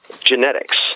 genetics